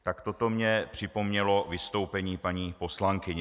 Tak toto mně připomnělo vystoupení paní poslankyně.